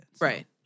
Right